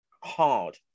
hard